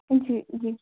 जी जी